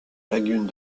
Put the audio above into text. lagune